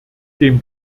dem